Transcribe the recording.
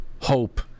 hope